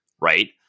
right